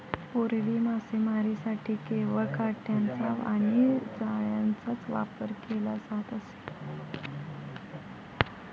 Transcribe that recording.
पूर्वी मासेमारीसाठी केवळ काटयांचा आणि जाळ्यांचाच वापर केला जात असे